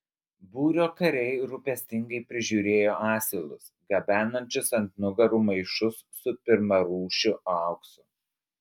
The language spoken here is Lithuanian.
būrio kariai rūpestingai prižiūrėjo asilus gabenančius ant nugarų maišus su pirmarūšiu auksu